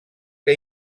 que